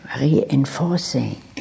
reinforcing